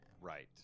Right